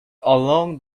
along